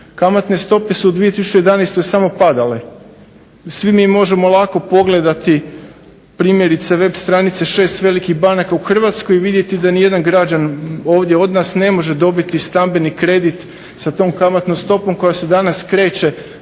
Kamatne stope su u 2011. samo padale. Svi mi možemo lako pogledati primjerice web stranice 6 velikih banaka u Hrvatskoj i vidjeti da nijedan građanin ovdje od nas ne može dobiti stambeni kredit sa tom kamatnom stopom koja se danas kreće